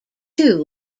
too